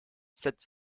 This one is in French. sept